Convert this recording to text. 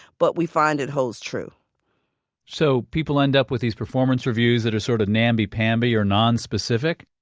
but we find it holds true so people end up with these performance reviews that are sort of namby-pamby or nonspecific?